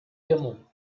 démon